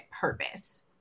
purpose